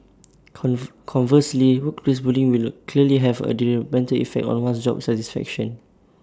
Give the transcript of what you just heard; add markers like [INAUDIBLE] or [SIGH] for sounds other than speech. [UNINTELLIGIBLE] conversely workplace bullying will clearly have A detrimental effect on one's job satisfaction